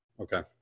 okay